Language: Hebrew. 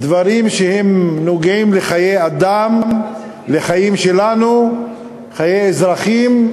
דברים שנוגעים לחיי אדם, לחיים שלנו, חיי אזרחים,